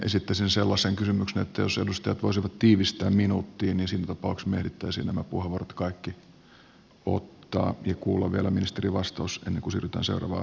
esittäisin sellaisen pyynnön että jos edustajat voisivat tiivistää minuuttiin niin siinä tapauksessa me ehtisimme nämä puheenvuorot kaikki ottaa ja kuulla vielä ministerin vastauksen ennen kuin siirrymme seuraavaan aiheeseen